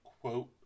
quote